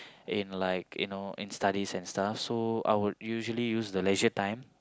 in like you know in like studies and stuff so I would usually use the leisure time